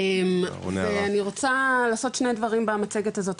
ואני רוצה לעשות שני דברים במצגת הזאת,